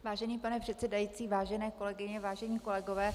Vážený pane předsedající, vážené kolegyně, vážení kolegové.